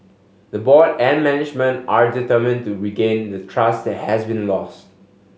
the board and management are determine to regain the trust that has been lost